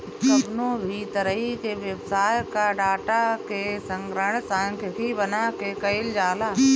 कवनो भी तरही के व्यवसाय कअ डाटा के संग्रहण सांख्यिकी बना के कईल जाला